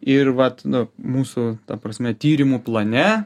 ir vat nu mūsų ta prasme tyrimų plane